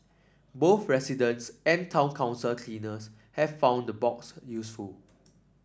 both residents and town council cleaners have found the box useful